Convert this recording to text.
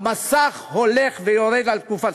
המסך הולך ויורד על תקופתך.